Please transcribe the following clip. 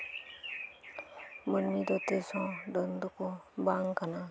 ᱢᱟᱹᱱᱢᱤ ᱫᱚ ᱛᱤᱥ ᱦᱚᱸ ᱰᱟᱹᱱ ᱫᱚᱠᱚ ᱵᱟᱝ ᱠᱟᱱᱟ